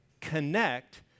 connect